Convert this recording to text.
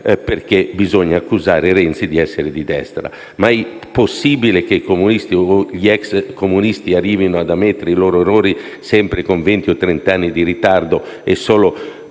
perché bisogna accusare Renzi di essere di destra. È mai possibile che i comunisti o gli ex comunisti arrivino ad ammettere i loro errori sempre con venti o trenta anni di ritardo e solo